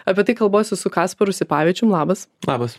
apie tai kalbuosi su kasparu sipavičium labas labas